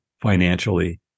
financially